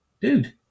dude